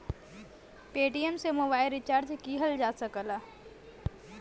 Paytm से mobile recharge किहल जा सकला